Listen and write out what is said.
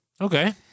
Okay